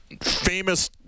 famous